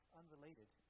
unrelated